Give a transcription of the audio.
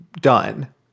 done